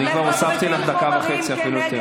כבר הוספתי לך דקה וחצי, אפילו יותר.